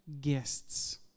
guests